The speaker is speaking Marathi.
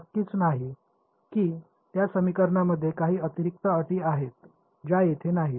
नक्कीच नाही की त्या समीकरणामध्ये काही अतिरिक्त अटी आहेत ज्या येथे नाहीत